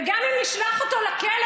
וגם אם נשלח אותו לכלא,